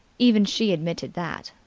even she admitted that.